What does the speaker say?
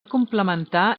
complementar